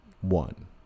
One